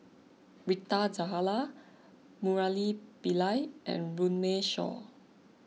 Rita Zahara Murali Pillai and Runme Shaw